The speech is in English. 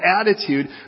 attitude